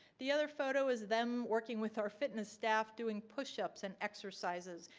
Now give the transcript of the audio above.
the other photo is them working with our fitness staff doing push ups and exercises.